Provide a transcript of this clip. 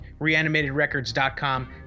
ReanimatedRecords.com